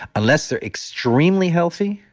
unless they're extremely healthy,